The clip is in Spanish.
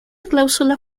cláusula